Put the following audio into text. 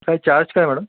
काय चार्ज काय आहे मॅडम